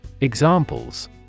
Examples